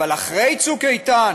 אבל אחרי צוק איתן,